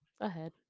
ahead